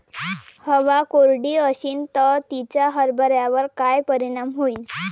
हवा कोरडी अशीन त तिचा हरभऱ्यावर काय परिणाम होईन?